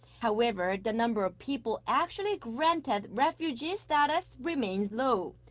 however, the number of people actually granted refugee status remains low.